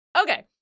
Okay